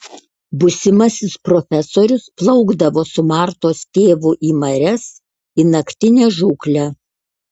būsimasis profesorius plaukdavo su martos tėvu į marias į naktinę žūklę